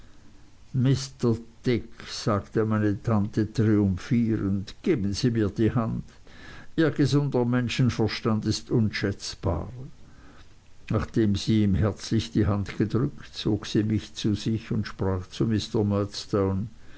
dick sagte meine tante triumphierend geben sie mir die hand ihr gesunder menschenverstand ist unschätzbar nachdem sie ihm herzlich die hand gedrückt zog sie mich zu sich und sprach zu mr